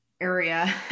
area